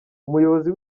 umuyobozi